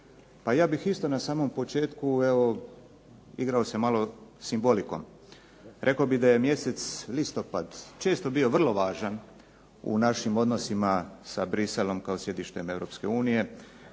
Pa ja bih isto na samom početku evo igrao se malo simbolikom. Rekao bih da je mjesec listopad često bio vrlo važan u našim odnosima sa Bruxellesom kao sjedištem